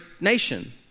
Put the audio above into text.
nation